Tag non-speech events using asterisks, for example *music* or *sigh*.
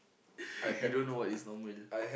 *noise* you don't know what is normal